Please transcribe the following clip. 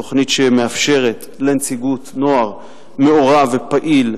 תוכנית שמאפשרת לנציגות נוער מעורב ופעיל,